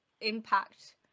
impact